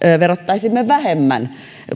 verottaisimme vähemmän